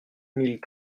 mille